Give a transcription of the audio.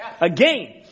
again